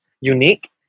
unique